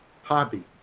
hobby